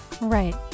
right